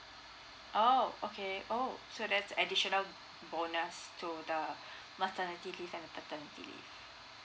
oh okay oh so that's additional bonus to the maternity leave and paternity leave